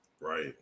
right